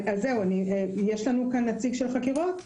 אז זהו, יש לנו כאן נציג של חקירות?